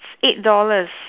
eight dollars